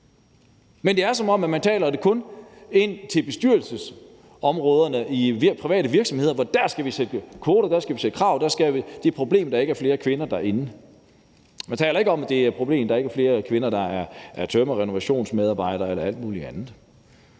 Men det er, som om man kun taler om det i forhold til bestyrelsesområderne i private virksomheder: Dér skal vi sætte kvoter. Dér skal vi stille krav. Det er et problem, at der ikke er flere kvinder der; man taler ikke om, at det er et problem, at der ikke er flere kvinder, der er tømrere, renovationsmedarbejdere eller alt muligt andet.